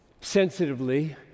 sensitively